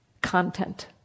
content